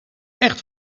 echt